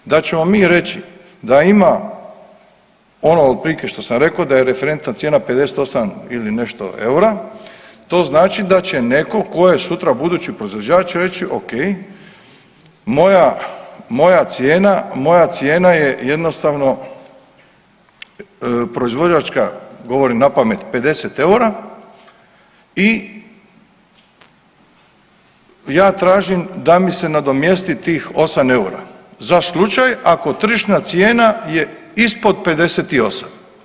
Da ćemo mi reći da ima ono otprilike što sam rekao da je referentna cijena 58 ili nešto eura, to znači da će netko tko je sutra budući proizvođač reći ok moja cijena je jednostavno proizvođačka, govorim na pamet, 50 eura i ja tražim da mi se nadomjesti tih 8 eura za slučaj ako tržišna cijena je ispod 58.